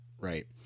Right